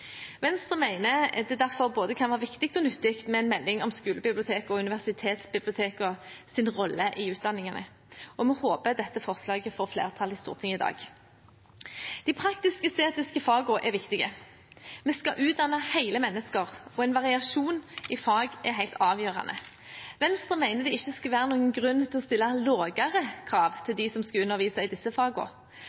Venstre mener det derfor kan være både viktig og nyttig med en melding om skolebibliotekenes og universitetsbibliotekenes rolle i utdanningene, og vi håper at dette forslaget får flertall i Stortinget i dag. De praktisk-estetiske fagene er viktige. Vi skal utdanne hele mennesker, og en variasjon i fag er helt avgjørende. Venstre mener at det ikke skal være noen grunn til å stille lavere krav til dem som skal undervise i disse